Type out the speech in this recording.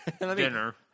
Dinner